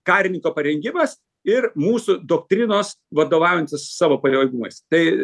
karininko parengimas ir mūsų doktrinos vadovaujantis savo pajėgumais tai